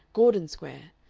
gordon square,